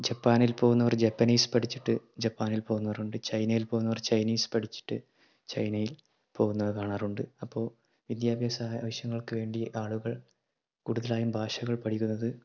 ജപ്പാനിൽ പോകുന്നവർ ജപ്പനീസ് പഠിച്ചിട്ട് ജപ്പാനിൽ പോകുന്നവരുണ്ട് ചൈനയിൽ പോകുന്നവർ ചൈനീസ് പഠിച്ചിട്ട് ചൈനയിൽ പോകുന്നത് കാണാറുണ്ട് അപ്പോൾ വിദ്യാഭ്യാസ ആവശ്യങ്ങൾക്ക് വേണ്ടി ആളുകൾ കൂടുതലായതും ഭാഷകൾ പഠിക്കുന്നത്